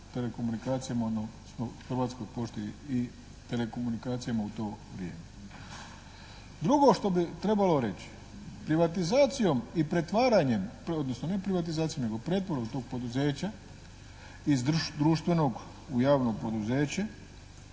telekomunikacijama odnosno Hrvatskoj pošti i telekomunikacijama u to vrijeme. Drugo što bi trebalo reći, privatizacijom i pretvaranjem, … /Govornik se ne razumije./ … ne privatizacijom nego pretvorbom tog poduzeća iz društvenog u javno poduzeće